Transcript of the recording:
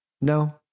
No